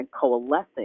coalescing